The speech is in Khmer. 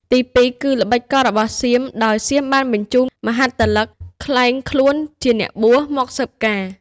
ទីពីរគឺ ល្បិចកលរបស់សៀម ដោយ សៀមបានបញ្ជូនមហាតលិកក្លែងខ្លួនជាអ្នកបួស មកស៊ើបការណ៍។